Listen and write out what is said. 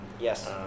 Yes